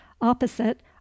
opposite